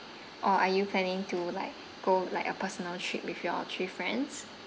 or are you planning to like go like a personal trip with your three friends